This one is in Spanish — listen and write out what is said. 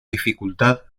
dificultad